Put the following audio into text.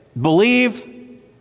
Believe